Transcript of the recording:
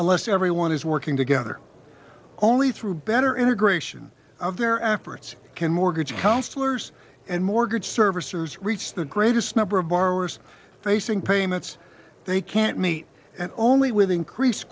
a less everyone is working together only through better integration of their efforts can mortgage hustlers and mortgage servicers reach the greatest number of borrowers facing payments they can't meet and only with increase